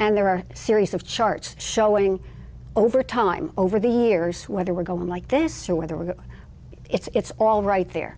and there are a series of charts showing over time over the years whether we're going like this or whether we're it's all right there